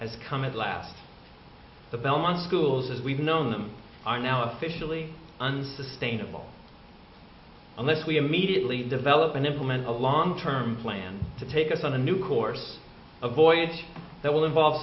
has come at last the belmont schools as we've known are now officially unsustainable unless we immediately develop and implement a long term plan to take us on a new course of voyage that will involve